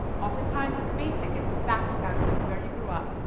oftentimes it's basic, it's facts about you where you grew up,